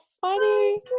funny